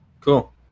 cool